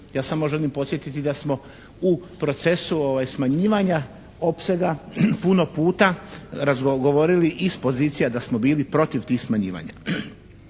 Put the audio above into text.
Ja samo želim podsjetiti da smo u procesu smanjivanja opsega puno puta govorili iz pozicija da smo bili protiv tih smanjivanja.